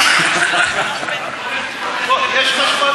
פה יש חשמל,